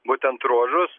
būtent ruožus